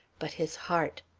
but his heart.